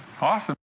Awesome